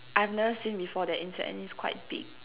I've never seen before that insect and it is quite big